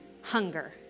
hunger